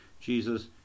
Jesus